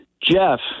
Jeff